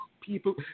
people